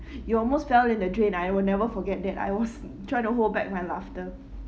you almost fell in the drain I will never forget that I was trying to hold back my laughter